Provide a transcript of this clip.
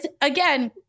again